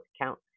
account